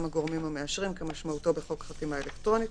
הגורמים המאשרים כמשמעותו בחוק חתימה אלקטרונית,